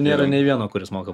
nėra nei vieno kuris mokam